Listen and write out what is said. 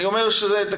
אני אומר שתקשיבו,